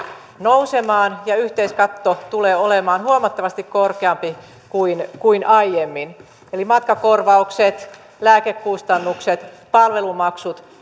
nousemaan ja yhteiskatto tulee olemaan huomattavasti korkeampi kuin kuin aiemmin eli matkakorvaukset lääkekustannukset palvelumaksut